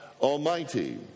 Almighty